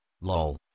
Lol